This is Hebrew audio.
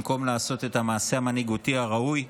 במקום לעשות את המעשה המנהיגותי הראוי,